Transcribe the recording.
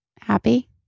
happy